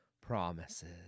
promises